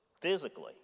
physically